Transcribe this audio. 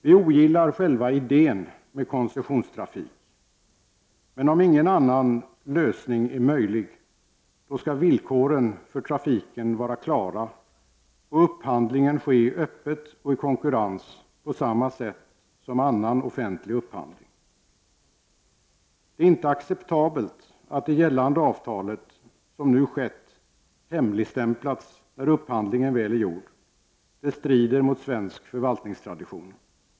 Vi ogillar själva idén med koncessionstrafik, men om ingen annan lösning är möjlig så skall villkoren för trafiken vara klara och upphandlingen ske öppet och i konkurrens på samma sätt som annan offentlig upphandling. Det är inte acceptabelt att det gällande avtalet hemligstämplas, som nu skett, när upphandlingen väl är gjord. Det strider mot svensk förvaltningstradition.